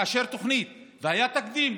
והיה תקדים,